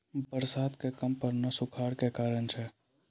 बरसात के कम पड़ना सूखाड़ के कारण छै